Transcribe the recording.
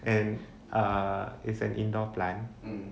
and err it's an indoor plant